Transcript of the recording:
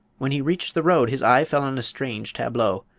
when he reached the road his eye fell on a strange tableau.